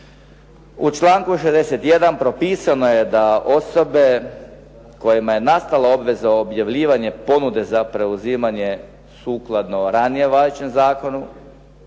u članku 61. propisano je da osobe kojima je nastala obveza objavljivanja ponude za preuzimanje sukladno ranije važećem zakonu,